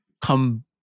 come